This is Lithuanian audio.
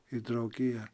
į draugiją